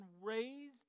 raised